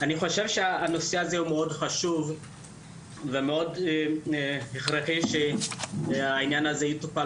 אני חושב שהנושא הזה הוא מאוד חשוב ומאוד הכרחי שהעניין הזה יטופל